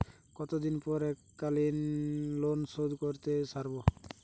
কতদিন পর এককালিন লোনশোধ করতে সারব?